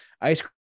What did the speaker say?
ice